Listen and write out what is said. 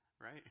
right